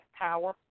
power